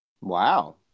Wow